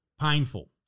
painful